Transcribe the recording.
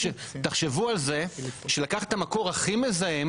תחשבו על זה: לקחת את המקור הכי מזהם